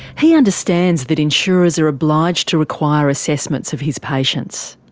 he understands that insurers are obliged to require assessments of his patients.